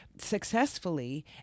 successfully